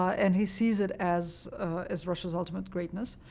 and he sees it as as russia's ultimate greatness.